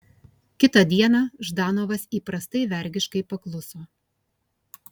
kitą dieną ždanovas įprastai vergiškai pakluso